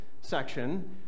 section